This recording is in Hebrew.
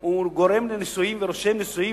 הוא גורם לנישואים ורושם נישואים,